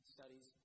Studies